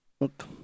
Look